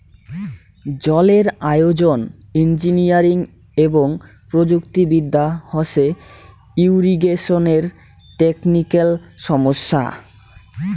জলের আয়োজন, ইঞ্জিনিয়ারিং এবং প্রযুক্তি বিদ্যা হসে ইরিগেশনের টেকনিক্যাল সমস্যা